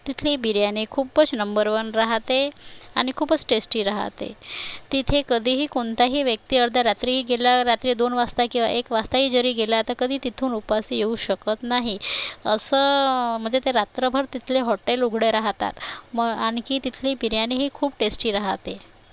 तिथली बिर्याणी खूपच number one रहाते आणि खूपच टेस्टी रहाते तिथे कधीही कोणताही व्यक्ती अर्ध्या रात्रीही गेला रात्री दोन वाजता किंवा एक वाजताही जरी गेला तर कधी तिथून उपाशी येऊ शकत नाही असं म्हणजे ते रात्रभर तिथले हॉटेल उघडे राहातात म आणखी तिथली बिर्याणीही खूप टेस्टी रहाते